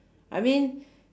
I mean